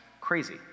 crazy